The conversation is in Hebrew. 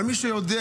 אבל מי שיודע,